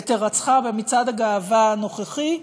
את הירצחה במצעד הגאווה הנוכחי,